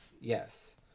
Yes